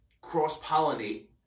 cross-pollinate